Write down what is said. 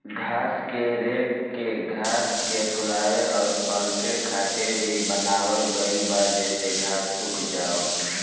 घास के रेक के घास के फुलावे अउर पलटे खातिर भी बनावल गईल बा जेसे घास सुख जाओ